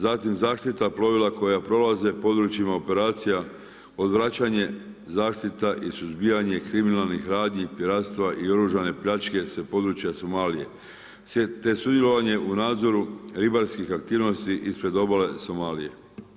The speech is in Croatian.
Zatim zaštita plovila koja prolaze područjima operacija, odvraćanje zaštita i suzbijanje kriminalnih radnji, piratstva i oružane pljačke sa područja Somalije, te sudjelovanje u nadzoru ribarskih aktivnosti ispred obale Somalije.